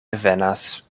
venas